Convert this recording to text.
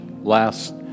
last